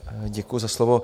Děkuji za slovo.